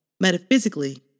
Metaphysically